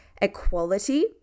Equality